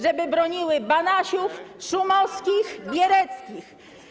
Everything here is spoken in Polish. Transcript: Żeby broniły Banasiów, Szumowskich, Biereckich.